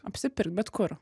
apsipirkt bet kur